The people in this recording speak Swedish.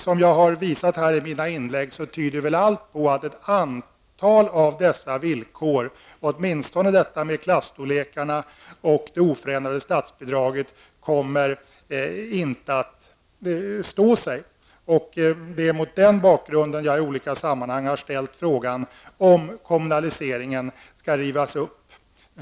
Som jag har visat i mina inlägg tyder väl allt på att ett antal av dessa villkor -- åtminstone när det gäller klasstorlekarna och de oförändrade statsbidragen -- inte kommer att stå sig. Det är mot den bakgrunden jag i olika sammanhang har ställt frågan om kommunaliseringsbeslutet skall rivas upp.